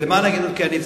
למען ההגינות.